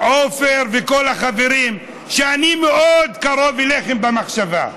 עפר וכל החברים, שאני מאוד קרוב אליכם במחשבה,